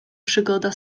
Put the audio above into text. przygoda